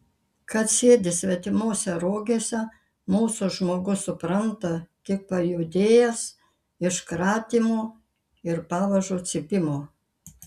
kad sėdi svetimose rogėse mūsų žmogus supranta tik pajudėjęs iš kratymo ir pavažų cypimo